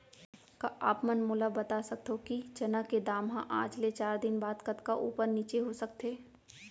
का आप मन मोला बता सकथव कि चना के दाम हा आज ले चार दिन बाद कतका ऊपर नीचे हो सकथे?